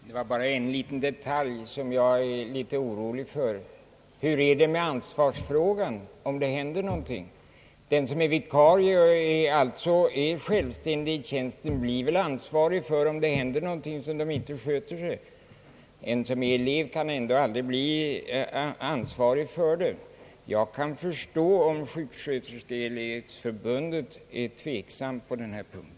Herr talman! Det var bara en liten detalj som jag är litet orolig för. Hur blir det med ansvarsfrågan om det händer någonting? Vikarien, som alltså är självständig, blir väl ansvarig för om det händer någonting på grund av att det inte har skötts riktigt. Eleven kan ju ändå aldrig bli ansvarig för det. Jag kan förstå om sjuksköterskeelevförbundet är tveksamt på denna punkt.